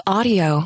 Audio